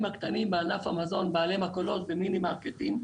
הקטנים בענף המזון בעלי מכולות ומינימרקטים,